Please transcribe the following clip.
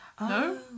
No